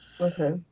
Okay